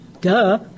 Duh